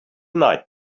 night